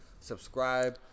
subscribe